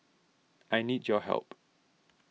I need your help